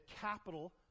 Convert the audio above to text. capital